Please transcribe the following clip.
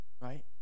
Right